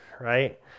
right